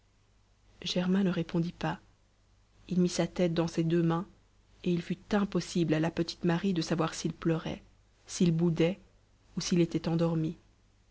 germain ne répondit pas il mit sa tête dans ses deux mains et il fut impossible à la petite marie de savoir s'il pleurait s'il boudait ou s'il était endormi